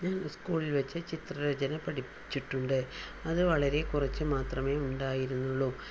ഞാൻ സ്കൂളിൽ വച്ച് ചിത്രരചന പഠിച്ചിട്ടുണ്ട് അത് വളരെ കുറച്ച് മാത്രമേ ഉണ്ടായിരുന്നുള്ളു